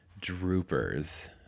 Droopers